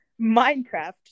minecraft